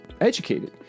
educated